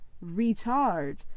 recharge